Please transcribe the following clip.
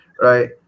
Right